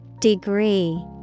Degree